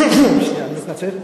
שנייה, אני מתנצל.